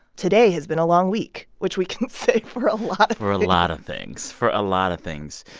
today has been a long week, which we can say for a lot of things for a lot of things, for a lot of things.